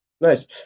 Nice